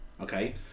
okay